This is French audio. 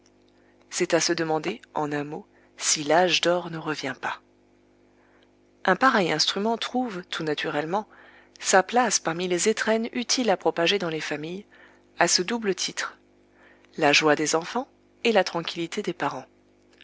c'est à se demander en un mot si l'âge d'or ne revient pas un pareil instrument trouve tout naturellement sa place parmi les étrennes utiles à propager dans les familles à ce double titre la joie des enfants et la tranquillité des parents